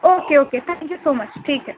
okay okay thank you so much ٹھیک ہے